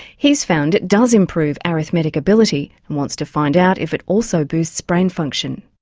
he's found it does improve arithmetic ability and wants to find out if it also boosts brain function.